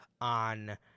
on